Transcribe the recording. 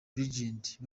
legends